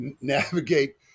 navigate